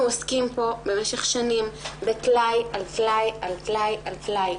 אנחנו עוסקים פה במשך שנים בטלאי על טלאי על טלאי,